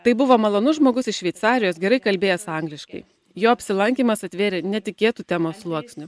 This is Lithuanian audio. tai buvo malonus žmogus iš šveicarijos gerai kalbėjęs angliškai jo apsilankymas atvėrė netikėtų temos sluoksnių